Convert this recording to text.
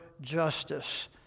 justice